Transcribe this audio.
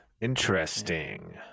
Interesting